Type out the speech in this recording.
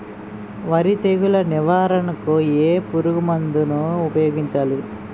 వరి తెగుల నివారణకు ఏ పురుగు మందు ను ఊపాయోగించలి?